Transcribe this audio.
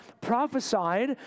prophesied